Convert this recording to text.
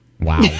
Wow